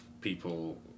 people